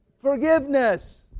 Forgiveness